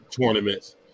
tournaments